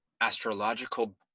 astrological